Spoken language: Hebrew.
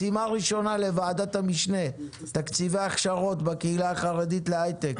משימה ראשונה לוועדת המשנה: תקציבי הכשרות לקהילה החרדית להיי-טק.